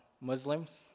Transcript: Muslims